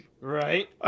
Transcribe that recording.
Right